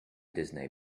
disney